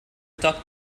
talk